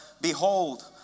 Behold